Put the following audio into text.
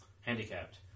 handicapped